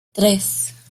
tres